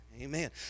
Amen